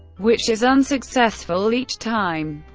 which is unsuccessful each time.